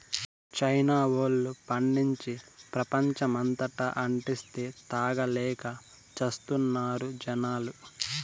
China వోల్లు పండించి, ప్రపంచమంతటా అంటిస్తే, తాగలేక చస్తున్నారు జనాలు